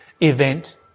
event